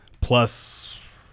plus